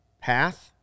path